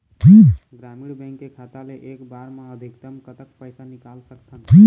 ग्रामीण बैंक के खाता ले एक बार मा अधिकतम कतक पैसा निकाल सकथन?